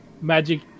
magic